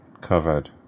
Covered